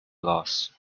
lost